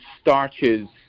starches